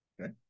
okay